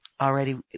already